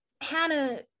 Hannah